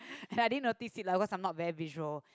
I didn't notice it lah because I'm not very visual